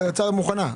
ההצעה מוכנה.